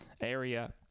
Area